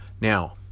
Now